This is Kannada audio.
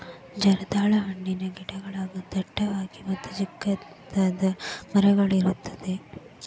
ಜರ್ದಾಳ ಹಣ್ಣಿನ ಗಿಡಗಳು ಡಟ್ಟವಾಗಿ ಮತ್ತ ಚಿಕ್ಕದಾದ ಮರಗಳಿರುತ್ತವೆ